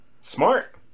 smart